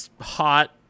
hot